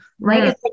right